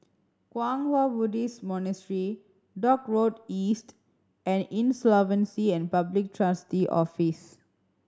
Kwang Hua Buddhist Monastery Dock Road East and Insolvency and Public Trustee Office